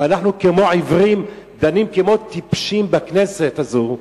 ואנחנו כמו עיוורים, דנים כמו טיפשים בכנסת הזאת.